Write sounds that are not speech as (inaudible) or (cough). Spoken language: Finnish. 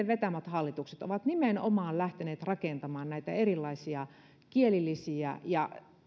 (unintelligible) vetämät hallitukset ovat nimenomaan lähteneet rakentamaan erilaisia kielilisiä ja